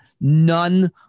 None